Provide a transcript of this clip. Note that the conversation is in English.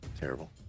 Terrible